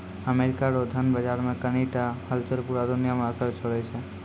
America रो धन बाजार मे कनी टा हलचल पूरा दुनिया मे असर छोड़ै छै